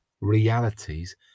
realities